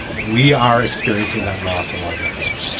we are experiencing that loss along with her